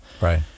Right